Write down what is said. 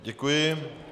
Děkuji.